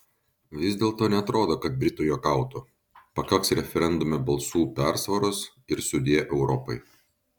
vis dėlto neatrodo kad britai juokautų pakaks referendume balsų persvaros ir sudie europai